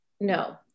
No